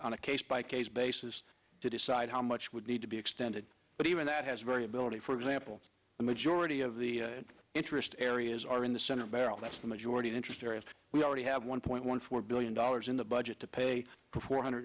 on a case by case basis to decide how much would need to be extended but even that has variability for example the majority of the interest areas are in the senate barrel that's the majority interest area we already have one point one four billion in the budget to pay for four hundred